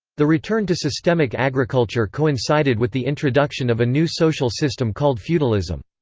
the return to systemic agriculture coincided with the introduction of a new social system called feudalism.